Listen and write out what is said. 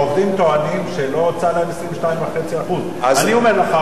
העובדים טוענים שלא הוצעו להם 22.5%. אני אומר לך,